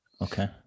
okay